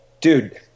dude